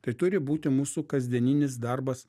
tai turi būti mūsų kasdieninis darbas